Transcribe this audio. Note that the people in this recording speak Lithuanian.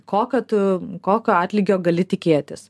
kokio tu kokio atlygio gali tikėtis